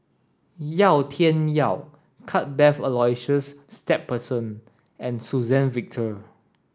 Yau Tian Yau Cuthbert Aloysius Shepherdson and Suzann Victor